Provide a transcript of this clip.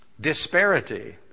disparity